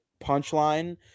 punchline